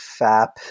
FAP